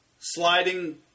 sliding